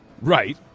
Right